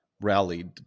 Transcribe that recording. rallied